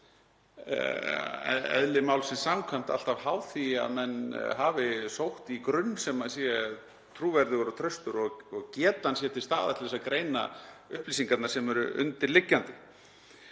eðli málsins samkvæmt alltaf háð því að menn hafi sótt í grunn sem er trúverðugur og traustur og að getan sé til staðar til að greina upplýsingarnar sem eru undirliggjandi.